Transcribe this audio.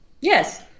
Yes